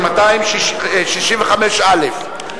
כל ההסתייגויות בשני העמודים הראשונים נמחקו.